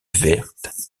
vertes